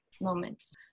Moments